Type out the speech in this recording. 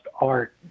art